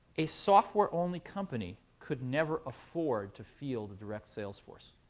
a software-only company could never afford to field a direct sales force.